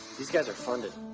these guys are funded.